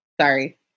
Sorry